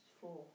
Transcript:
four